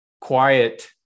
quiet